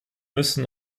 müssen